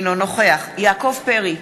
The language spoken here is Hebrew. אינו נוכח יעקב פרי,